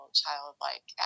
childlike